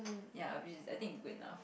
ya I be is I think with lah